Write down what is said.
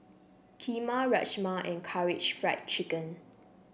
Kheema Rajma and Karaage Fried Chicken